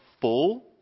full